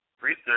research